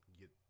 get